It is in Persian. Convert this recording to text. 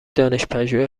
دانشپژوه